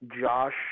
Josh